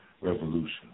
Revolution